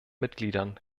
mitgliedern